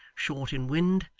short in wind,